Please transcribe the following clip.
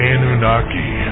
Anunnaki